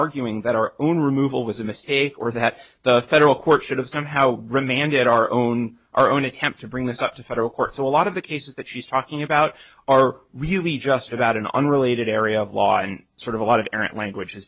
arguing that our own removal was a mistake or that the federal court should have somehow remanded our own our own attempt to bring this up to federal courts a lot of the cases that she's talking about are really just about an unrelated area of law and sort of a lot of errant language